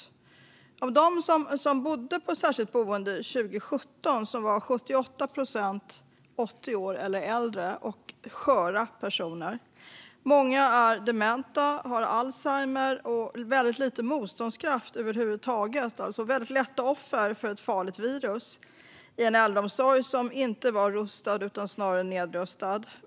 Bland dem som bodde på särskilt boende 2017 var 78 procent 80 år eller äldre och sköra personer. Många var dementa, hade alzheimer och hade väldigt lite motståndskraft över huvud taget. De blev väldigt lätt offer för ett farligt virus i en äldreomsorg som inte var rustad utan snarare nedrustad.